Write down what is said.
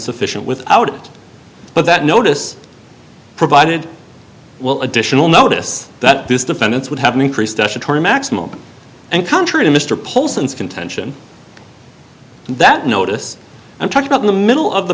sufficient without it but that notice provided will additional notice that this defendant's would have an increased maximum and contra to mr paulson's contention that notice i'm talking about in the middle of the